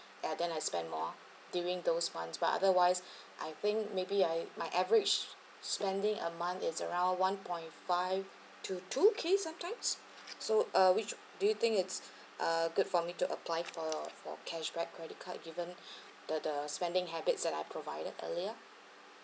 at them I spend more during those months but otherwise I think maybe I my average spending a month is around one point five to two k sometimes so uh which do you think it's uh good for me to apply for for cashback credit card given the the spending habits that I provided earlier